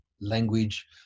language